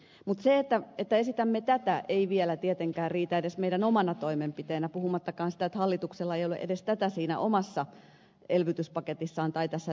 mutta se että esitämme tätä ei vielä tietenkään riitä edes meidän omana toimenpiteenämme puhumattakaan siitä että hallituksella ei ole edes tätä omassa elvytyspaketissaan tai lisätalousarviossaan